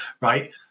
right